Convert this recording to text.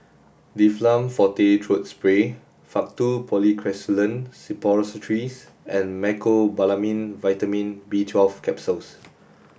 Difflam Forte Throat Spray Faktu Policresulen Suppositories and Mecobalamin Vitamin B twelve Capsules